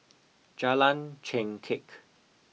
Jalan Chengkek